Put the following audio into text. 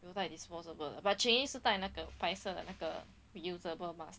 like disposable but cheng yi's 是戴那个 P fizer 的那个 reusable mask